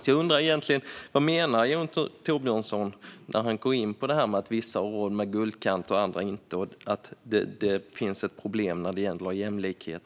Jag undrar egentligen: Vad menade Jon Thorbjörnson när han gick in på att vissa har råd med guldkant och att andra inte har det samt att det finns ett problem här när det gäller jämlikhet?